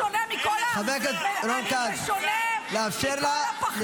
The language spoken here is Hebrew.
בשונה מכל -- אין לך מושג.